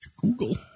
Google